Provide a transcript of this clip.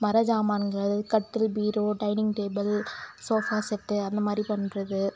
மர ஜாமான்கள் கட்டில் bureau dining table sofa set அந்தமாதிரி பண்ணுறது